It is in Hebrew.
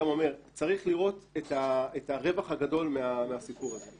צריך לראות את הרווח הגדול מהסיפור הזה.